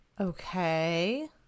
Okay